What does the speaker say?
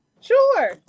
Sure